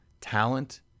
talent